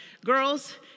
girls